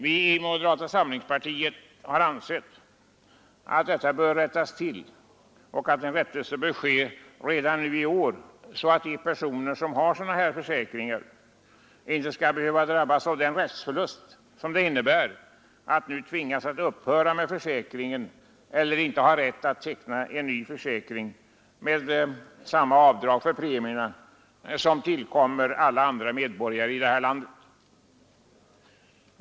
Vi i moderata samlingspartiet har ansett att detta missförhållande bör rättas till och att en rättelse bör genomföras redan i år, så att de personer som har sådana försäkringar inte skall 81 behöva drabbas av den rättsförlust som det innebär att tvingas upphöra med försäkringen eller inte kunna teckna ny försäkring med samma avdrag för premierna som tillkommer alla andra medborgare i landet.